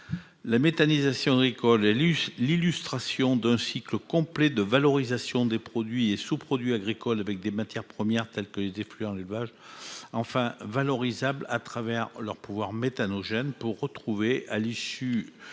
La méthanisation agricole est l'illustration d'un cycle complet de valorisation des produits et sous-produits agricoles. Les matières premières telles que les effluents d'élevage sont enfin valorisables au travers de leur pouvoir méthanogène, pour donner, à l'issue